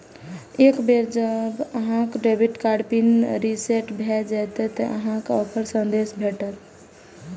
एक बेर जब अहांक डेबिट कार्ड पिन रीसेट भए जाएत, ते अहांक कें ओकर संदेश भेटत